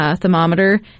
Thermometer